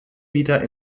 wieder